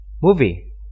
movie